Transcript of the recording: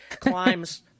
climbs